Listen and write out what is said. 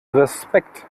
respekt